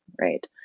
right